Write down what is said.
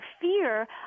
fear